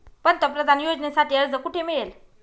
पंतप्रधान योजनेसाठी अर्ज कुठे मिळेल?